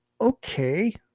okay